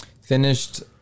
Finished